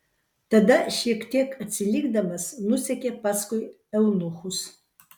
tada šiek tiek atsilikdamas nusekė paskui eunuchus